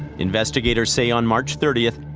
investigators say on march thirtieth,